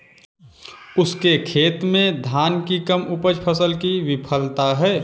उसके खेत में धान की कम उपज फसल की विफलता है